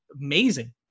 amazing